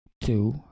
Two